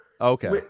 Okay